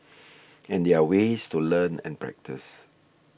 and there ways to learn and practice